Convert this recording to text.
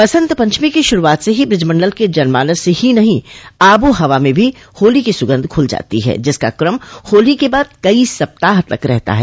बसंत पंचमी की शुरूआत से ही ब्रजमंडल के जनमानस ही नहीं आबोहवा में भी होली की सुगंध घुल जाती है जिसका क्रम होली के बाद कई सप्ताह तक रहता है